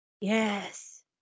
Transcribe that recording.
Yes